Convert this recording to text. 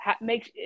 makes